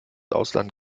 ausland